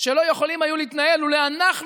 שלא יכולים היו להתנהל לולא אנחנו,